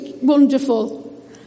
wonderful